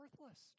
worthless